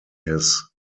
his